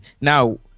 Now